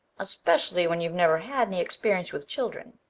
especially when you've never had any experience with children.